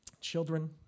children